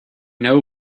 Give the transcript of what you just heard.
know